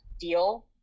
deal